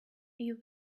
you